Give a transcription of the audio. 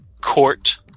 court